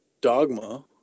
dogma